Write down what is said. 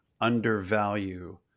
undervalue